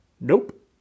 Nope